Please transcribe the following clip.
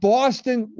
Boston